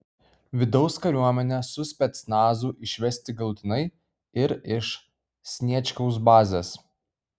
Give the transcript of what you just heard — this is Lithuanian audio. vidaus kariuomenę su specnazu išvesti galutinai ir iš sniečkaus bazės